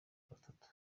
batatu